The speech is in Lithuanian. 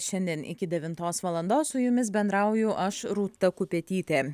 šiandien iki devintos valandos su jumis bendrauju aš rūta kupetytė